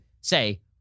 say